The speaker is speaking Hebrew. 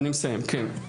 אני מסיים, כן.